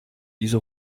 diese